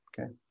Okay